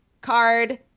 card